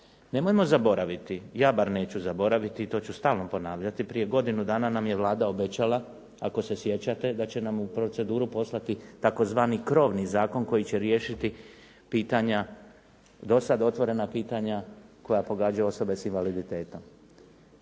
Nemojmo zaboraviti, ja bar neću zaboraviti, to ću stalno ponavljati. Prije godinu dana nam je Vlada obećala, ako se sjećate, da će nam u proceduru poslati tzv. krovni zakon koji će riješiti pitanja do sada otvorena pitanja koja pogađaju osobe sa invaliditetom.